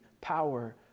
power